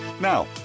now